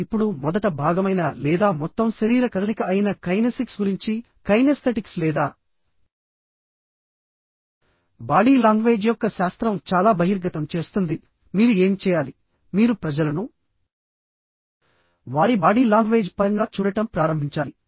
ఇప్పుడు మొదట భాగమైన లేదా మొత్తం శరీర కదలిక అయిన కైనెసిక్స్ గురించి కైనెస్థెటిక్స్ లేదా బాడీ లాంగ్వేజ్ యొక్క శాస్త్రం చాలా బహిర్గతం చేస్తుంది మీరు ఏమి చేయాలి మీరు ప్రజలను వారి బాడీ లాంగ్వేజ్ పరంగా చూడటం ప్రారంభించాలి